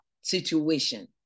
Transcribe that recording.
situation